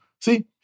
See